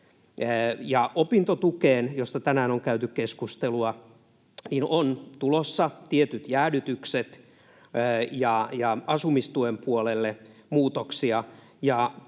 Opintotukeen, josta tänään on käyty keskustelua, on tulossa tietyt jäädytykset ja asumistuen puolelle muutoksia